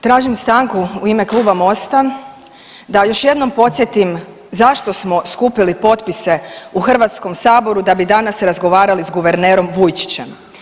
Tražim stanku u ime kluba Mosta da još jednom podsjetim zašto smo skupili potpise u HS-u da bi danas razgovarali s guvernerom Vujčićem.